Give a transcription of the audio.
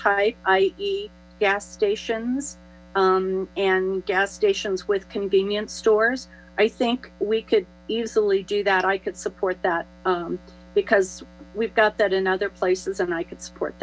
type i e gas stations and gas stations with convenience stores i think we could easily do that i could support that because we've got that in other places and i could support